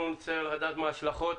אנחנו נרצה לדעת מה ההשלכות